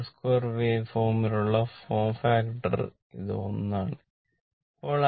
r2waveform നുള്ള form ഫാക്ടറിന് ഇത് 1 ആണ്